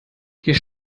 hier